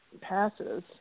passes